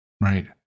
Right